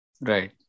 Right